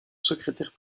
secrétaire